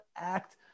act